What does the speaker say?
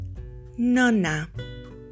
nana